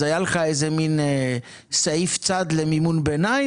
אז היה לך איזה מין סעיף צד למימון ביניים